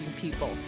people